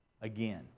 again